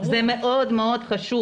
זה מאוד חשוב.